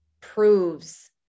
proves